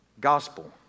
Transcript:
gospel